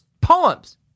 poems